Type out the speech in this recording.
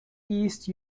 east